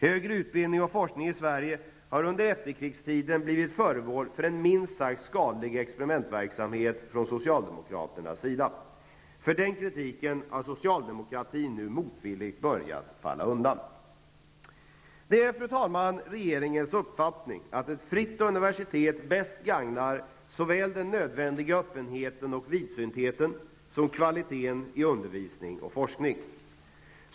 Högre utbildning och forskning i Sverige har under efterkrigstiden blivit föremål för en minst sagt skadlig experimentverksamhet från socialdemokraternas sida. För den kritiken har socialdemokratin nu motvilligt börjat falla undan. Det är, fru talman, regeringens uppfattning att ett fritt universitet bäst gagnar såväl den nödvändiga öppenheten och vidsyntheten som kvaliteten i undervisning och forskning.